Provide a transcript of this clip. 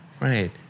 Right